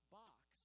box